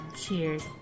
Cheers